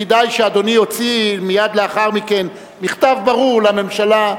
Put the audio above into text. כדאי שאדוני יוציא מייד לאחר מכן מכתב ברור לממשלה,